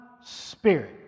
spirit